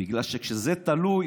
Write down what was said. בגלל שזה תלוי,